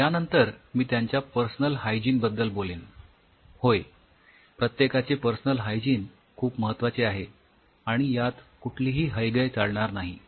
आणि नंतर मी त्यांच्या पर्सनल हायजिन बद्दल बोलेन होय प्रत्येकाचे पर्सनल हायजिन खूप महत्वाचे आहे आणि यात कुठलीही हयगय चालणार नाही